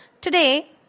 Today